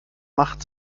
macht